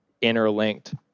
interlinked